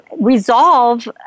resolve